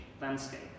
landscape